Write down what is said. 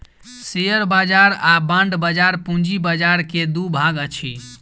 share बाजार आ bond बाजार पूंजी बाजार के दू भाग अछि